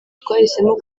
twahisemo